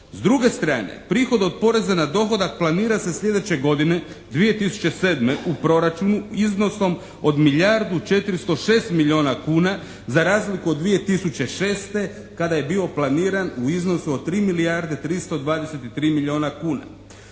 S druge strane prihod od poreza na dohodak planira se sljedeće godine 2007. u Proračunu iznosom od milijardu 406 milijuna kuna za razliku od 2006. kada je bio planiran u iznosu od 3 milijarde 323